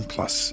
Plus